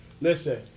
Listen